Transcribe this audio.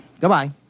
Goodbye